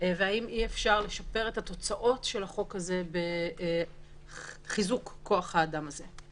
והאם אי אפשר לשפר את התוצאות של החוק הזה בחיזוק כוח האדם הזה.